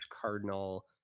Cardinal